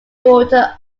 daughter